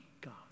God